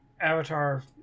Avatar